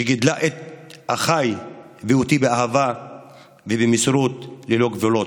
שגידלה את אחיי ואותי באהבה ובמסירות ללא גבולות,